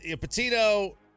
Patino